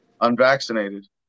Unvaccinated